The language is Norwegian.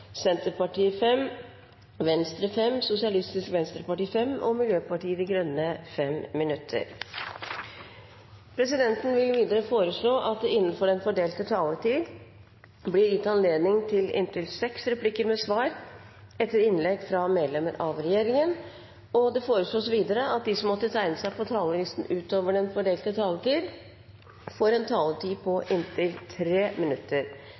Senterpartiet 5 minutter, Venstre 5 minutter, Sosialistisk Venstreparti 5 minutter og Miljøpartiet De Grønne 5 minutter. Videre vil presidenten foreslå at det – innenfor den fordelte taletid – blir gitt anledning til inntil seks replikker med svar etter innlegg fra medlemmer av regjeringen. Videre foreslås det at de som måtte tegne seg på talerlisten utover den fordelte taletid, får en taletid